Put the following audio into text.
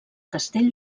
castell